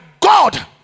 God